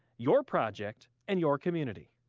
your project and your community.